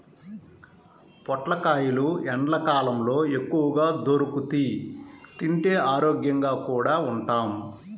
పొట్లకాయలు ఎండ్లకాలంలో ఎక్కువగా దొరుకుతియ్, తింటే ఆరోగ్యంగా కూడా ఉంటాం